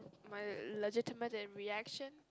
my legitimate reaction